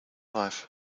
life